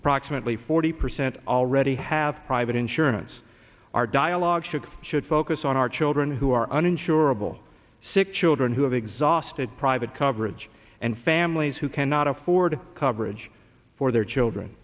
approximately forty percent already have private insurance our dialogue should should focus on our children who are uninsured able sick children who have exhausted private coverage and families who cannot afford coverage for their children